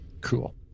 Cool